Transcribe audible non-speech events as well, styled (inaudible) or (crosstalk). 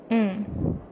mm (breath)